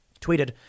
tweeted